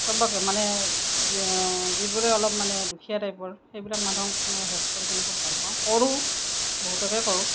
চবকে মানে যিবোৰ অলপ মানে দুখীয়া টাইপৰ সেইবিলাক মানুহক মই হেল্প কৰিকেনে খুব ভালপাওঁ কৰোঁ বহুতকে কৰোঁ